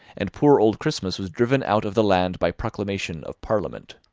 and poor old christmas was driven out of the land by proclamation of parliament.